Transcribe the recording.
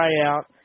tryout